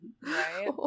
Right